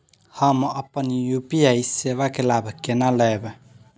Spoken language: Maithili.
हम अपन यू.पी.आई सेवा के लाभ केना लैब?